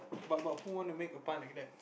but but who want to make a pie like that